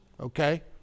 okay